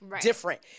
different